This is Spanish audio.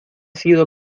sido